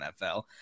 NFL